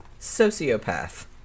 sociopath